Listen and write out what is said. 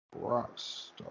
Rockstar